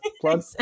plug